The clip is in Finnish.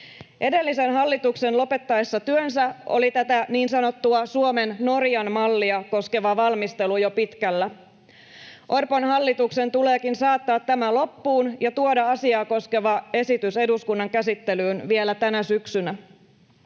Edellisen hallituksen lopettaessa työnsä oli tätä niin sanottua Suomen Norjan-mallia koskeva valmistelu jo pitkällä. Orpon hallituksen tuleekin saattaa tämä loppuun ja tuoda asiaa koskeva esitys eduskunnan käsittelyyn vielä tänä syksynä.